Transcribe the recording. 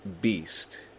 beast